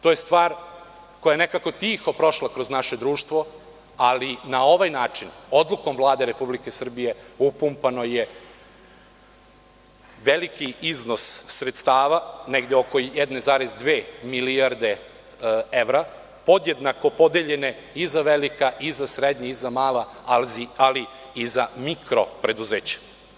To je stvar koja je nekako tiho prošla kroz naše društvo, ali na ovaj način, odlukom Vlade Republike Srbije, upumpan je veliki iznos sredstava, negde oko 1,2 milijarde evra, podjednako podeljena i za velika i za srednja i za mala, ali i za mikro preduzeća.